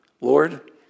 Lord